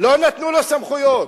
לא נתנו לו סמכויות,